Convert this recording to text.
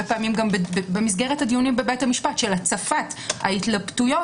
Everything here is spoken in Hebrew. פעמים במסגרת הדיונים בבתי המשפט של הצפת ההתלבטויות